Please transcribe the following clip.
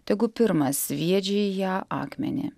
tegu pirmas sviedžia į ją akmenį